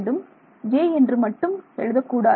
j என்று மட்டும் எழுதக்கூடாது